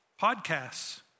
podcasts